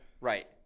Right